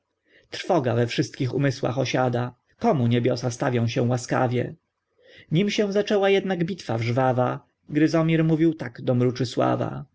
trwoga we wszystkich umysłach osiada komu niebiosa stawią się łaskawie nim się zaczęła jednak bitwa żwawa gryzomir mówił tak do mruczysława